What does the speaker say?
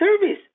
service